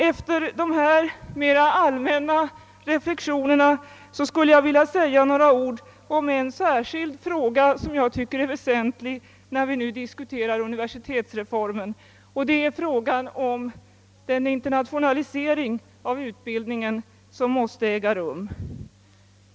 Efter dessa mera allmänna reflexioner vill jag säga några ord om en särskild fråga som jag tycker är väsentlig när vi nu diskuterar universitetsreformen, nämligen den internationalisering av utbildningen som måste äga rum.